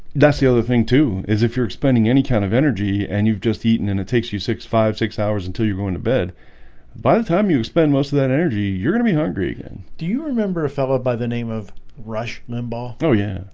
that's the other thing too is if you're expending any kind of energy and you've just eaten and it takes you six five six hours until you're going to bed by the time you spend most of that energy you're gonna be hungry again do you remember a fella by the name of rush limbaugh? oh? yeah,